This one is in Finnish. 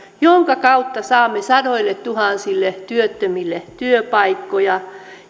joiden kautta saamme sadoilletuhansille työttömille työpaikkoja